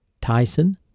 Tyson